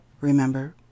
remember